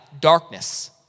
darkness